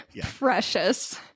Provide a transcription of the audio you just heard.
Precious